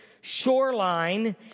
shoreline